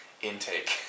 intake